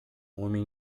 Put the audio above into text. homem